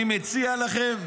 אני מציע לכם,